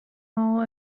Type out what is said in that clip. mall